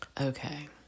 Okay